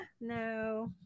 no